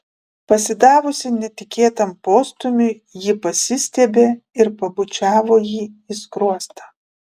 pasidavusi netikėtam postūmiui ji pasistiebė ir pabučiavo jį į skruostą